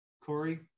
Corey